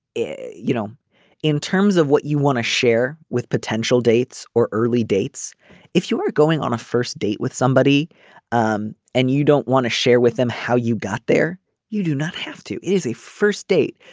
you know in terms of what you want to share with potential dates or early dates if you are going on a first date with somebody um and you don't want to share with them how you got there you do not have to. it is a first date.